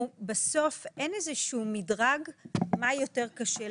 בסוף, אין איזה שהוא מדרג של מה יותר קשה.